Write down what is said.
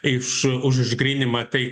iš už išgryninimą tai